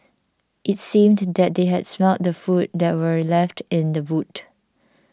it seemed that they had smelt the food that were left in the boot